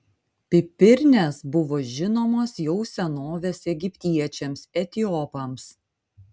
pipirnės buvo žinomos jau senovės egiptiečiams etiopams